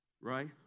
Right